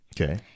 Okay